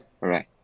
right